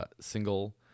single